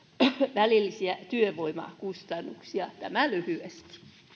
välillisiä työvoimakustannuksia tämä lyhyesti